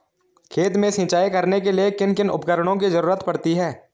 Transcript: खेत में सिंचाई करने के लिए किन किन उपकरणों की जरूरत पड़ती है?